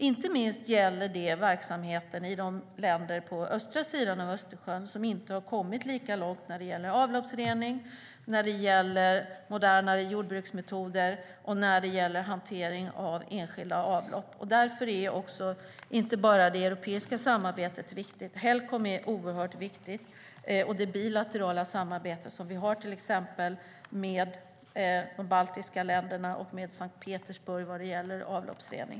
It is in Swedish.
Inte minst gäller det verksamheterna i de länder på östra sidan av Östersjön som inte har kommit lika långt när det gäller avloppsrening, modernare jordbruksmetoder och hantering av enskilda avlopp. Därför är inte bara det europeiska samarbetet utan också Helcomsamarbetet oerhört viktigt, liksom det bilaterala samarbete som vi har med till exempel de baltiska länderna och Sankt Petersburg vad gäller avloppsrening.